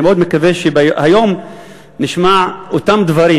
אני מאוד מקווה שהיום נשמע את אותם דברים,